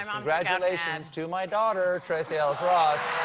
and congratulations to my daughter tracee ellis ross